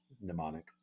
mnemonic